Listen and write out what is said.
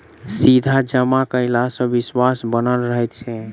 सीधा जमा कयला सॅ विश्वास बनल रहैत छै